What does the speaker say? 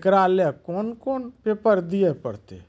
एकरा लेल कौन कौन पेपर दिए परतै?